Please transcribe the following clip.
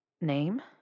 Name